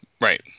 Right